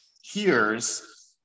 hears